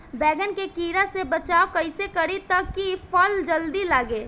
बैंगन के कीड़ा से बचाव कैसे करे ता की फल जल्दी लगे?